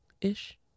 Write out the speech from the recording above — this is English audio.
ish